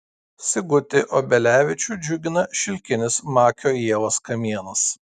sigutį obelevičių džiugina šilkinis makio ievos kamienas